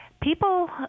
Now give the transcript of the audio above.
people